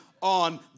on